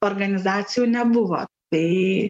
organizacijų nebuvo tai